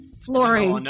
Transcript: Flooring